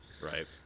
Right